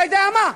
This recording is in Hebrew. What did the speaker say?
אתה יודע מה,